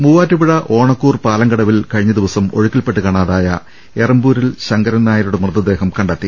മൂവാറ്റുപുഴ ഓണക്കൂർ പാലംകടവിൽ കഴിഞ്ഞദിവസം ഒഴുക്കിൽപെട്ട് കാണാതായ എറ്റമ്പൂരിൽ ശങ്കരൻ നായ രുടെ മൃതദേഹം കണ്ടെത്തി